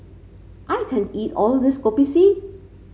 I can't eat all of this Kopi C